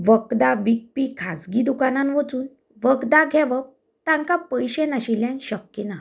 वखदां विकपी खाजगी दुकानांत वचून वखदां घेवप तांकां पयशें नाशिल्ल्यान शक्य ना